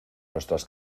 nuestras